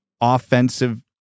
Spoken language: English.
offensive